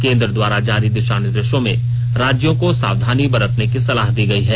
केन्द्र द्वारा जारी दिशानिर्देशों में राज्यों को सावधानी बरतने की सलाह दी गई है